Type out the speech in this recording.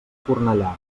cornellà